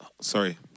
sorry